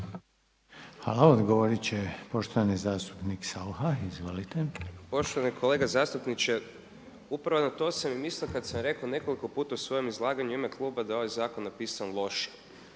Hvala. Odgovoriti će poštovani zastupnik Saucha. Izvolite. **Saucha, Tomislav (SDP)** Poštovani kolega zastupniče, upravo na to sam i mislio kada sam rekao nekoliko puta u svom izlaganju u ime kluba da je ovaj zakon napisan loše.